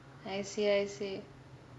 I see I see